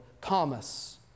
Thomas